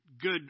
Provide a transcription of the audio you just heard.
good